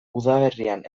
udaberrian